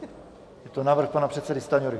Je to návrh pana předsedy Stanjury.